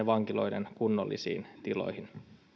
vankiloiden kunnollisiin tiloihin